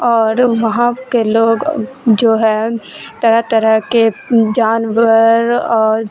اور وہاں کے لوگ جو ہے طرح طرح کے جانور اور